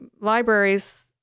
Libraries